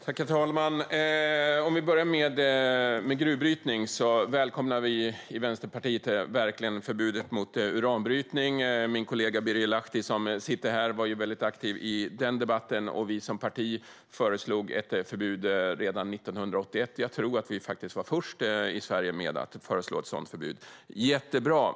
Herr talman! För att börja med frågan om gruvbrytning välkomnar vi i Vänsterpartiet verkligen förbudet mot uranbrytning. Min kollega Birger Lahti, som sitter här, var ju väldigt aktiv i den debatten. Vi som parti föreslog ett förbud redan 1981. Jag tror att vi faktiskt var först i Sverige med att föreslå ett sådant förbud. Beslutet är jättebra.